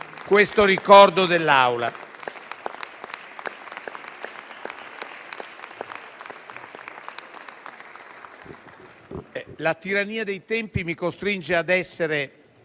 questo ricordo dell'Aula. La tirannia dei tempi mi costringe ad essere